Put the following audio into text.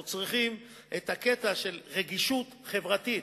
אנחנו צריכים את הקטע של רגישות חברתית,